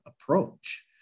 approach